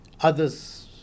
Others